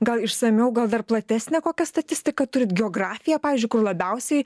gal išsamiau gal dar platesnę kokią statistiką turit geografiją pavyzdžiui kur labiausiai